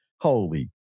Holy